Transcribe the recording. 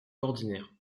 ordinaire